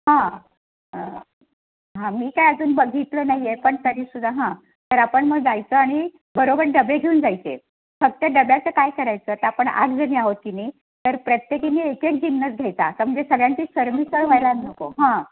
हां हां मी काय अजून बघितलं नाही आहे पण तरी सुद्धा हां तर आपण मग जायचं आणि बरोबर डबे घेऊन जायचे फक्त डब्याचं काय करायचं तर आपण आठजणी आहोत की नाही तर प्रत्येकीने एकेक जिन्नस घ्यायचा तर म्हणजे सगळ्यांची सरमिसळ व्हायला नको हां